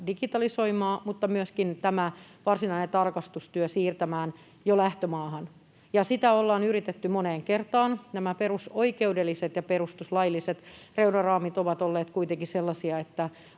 digitalisoimaan mutta myöskin tämä varsinainen tarkastustyö siirtämään jo lähtömaahan, ja sitä ollaan yritetty moneen kertaan. Nämä perusoikeudelliset ja perustuslailliset euroraamit ovat olleet kuitenkin sellaisia, että